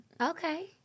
Okay